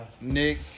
Nick